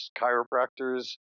chiropractors